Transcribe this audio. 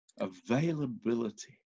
availability